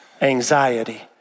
anxiety